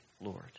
Lord